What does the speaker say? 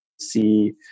see